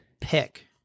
pick